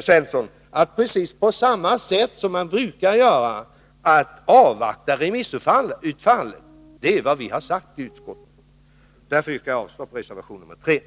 Svensson, att precis på samma sätt som man brukar göra avvakta remissutfallet? Det är vad vi har sagt i utskottet. Därför yrkar jag avslag på reservation 3.